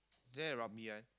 is there the Ruby one